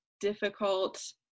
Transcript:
difficult